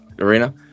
arena